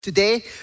Today